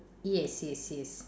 yes yes yes